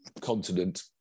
continent